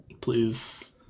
please